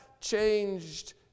changed